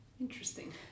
Interesting